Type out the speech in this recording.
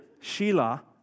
Sheila